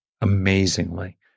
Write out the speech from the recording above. amazingly